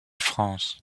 france